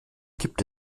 gibt